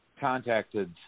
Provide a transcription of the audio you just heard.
contacted